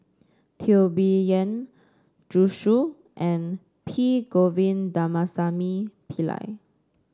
Teo Bee Yen Zhu Xu and P Govindasamy Pillai